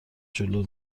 جلو